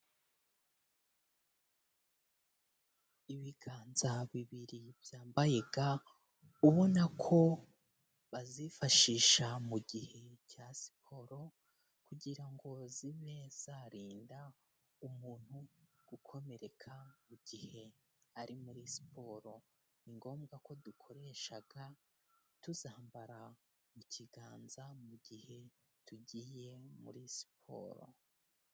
Ibiganza bibiri byambaye ga, ubona ko bazifashisha mu gihe cya siporo kugira ngo zibe zarinda umuntu gukomereka, mu gihe ari muri siporo. Ni ngombwa ko dukoresha ga, tuzambara mu kiganza mu gihe tugiye muri siporo.